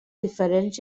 diferents